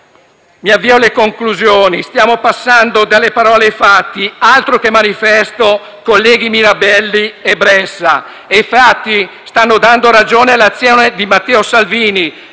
sicuro. In conclusione, stiamo passando dalle parole ai fatti, altro che manifesto, colleghi Mirabelli e Bressa, e i fatti stanno dando ragione all'azione di Matteo Salvini